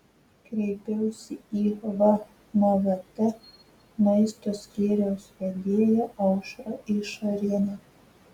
kreipiausi į vmvt maisto skyriaus vedėją aušrą išarienę